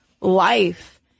life